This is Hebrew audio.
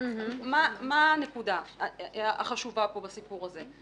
אני אומר מה הנקודה החשובה בסיפור הזה.